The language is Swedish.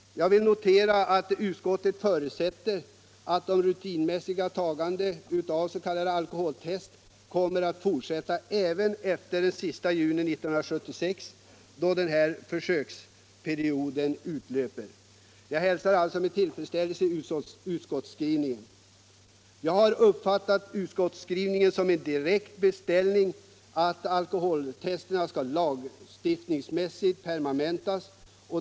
Jag vill notera att utskottet förutsätter att det rutinmässiga tagandet av utandningsprov kommer att fortsätta även efter den sista juni 1976 då försöksperioden utlöper. Jag hälsar utskottets skrivning i denna fråga med tillfredsställelse. Jag har uppfattat den som en direkt beställning att alkotesterna skall lagstiftningsmässigt permanentas.